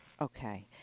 Okay